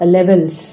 Levels